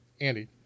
Andy